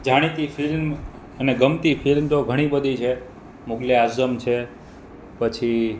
જાણીતી ફિલ્મ અને ગમતી ફિલ્મ તો ઘણી બધી છે મુગલે આઝમ છે પછી